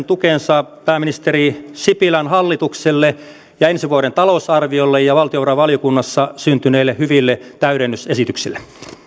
tukensa pääministeri sipilän hallitukselle ja ensi vuoden talousarviolle ja valtiovarainvaliokunnassa syntyneille hyville täydennysesityksille